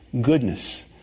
goodness